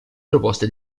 proposte